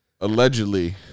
allegedly